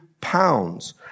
pounds